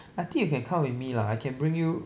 I think you can come with me lah I can bring you